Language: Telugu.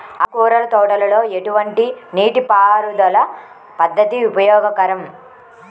ఆకుకూరల తోటలలో ఎటువంటి నీటిపారుదల పద్దతి ఉపయోగకరం?